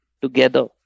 together